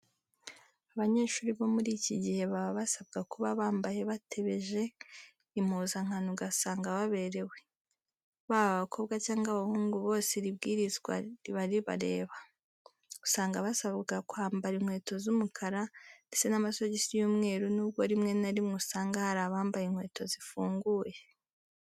Abanyeshuri bo muri iki gihe baba basabwa kuba bambaye batebeje impuzankano ugasanga baberewe. Baba abakobwa cyangwa abahungu bose iri bwirizwa riba ribareba. Usanga basabwa kwambara inkweto z'umukara ndetse n'amasogisi y'umweru nubwo rimwe na rimwe usanga hari abambaye inkweto zifunguye.